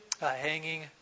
hanging